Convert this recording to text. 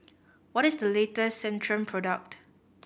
what is the later Centrum product